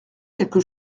quelque